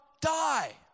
die